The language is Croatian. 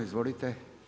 Izvolite.